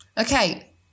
Okay